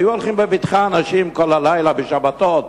היו הולכים בבטחה אנשים כל הלילה, בשבתות.